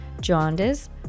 jaundice